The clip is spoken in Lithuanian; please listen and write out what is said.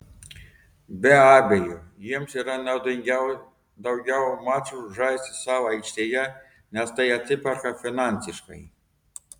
be abejo jiems yra naudingiau daugiau mačų žaisti savo aikštėje nes tai atsiperka finansiškai